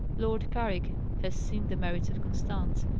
lord carrick has seen the merits of constance,